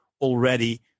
already